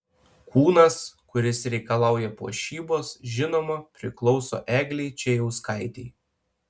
kūnas kuris reikalauja puošybos žinoma priklauso eglei čėjauskaitei